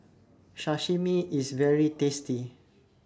Sashimi IS very tasty